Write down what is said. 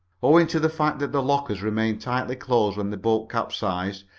owing to the fact that the lockers remained tightly closed when the boat capsized,